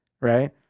right